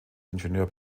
ingenieur